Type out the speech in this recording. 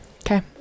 Okay